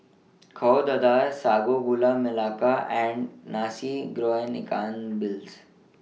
Kueh Dadar Sago Gula Melaka and Nasi Goreng Ikan Bilis